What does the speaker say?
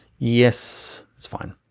yes, it's fine.